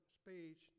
speech